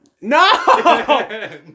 no